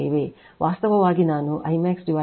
ವಾಸ್ತವವಾಗಿ ನಾನು I max √ 2